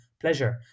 pleasure